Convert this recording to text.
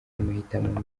amahitamo